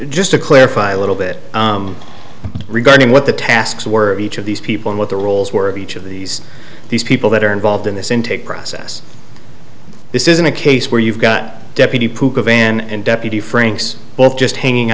just to clarify a little bit regarding what the tasks were each of these people what the roles were of each of these these people that are involved in this intake process this isn't a case where you've got deputy van and deputy franks both just hanging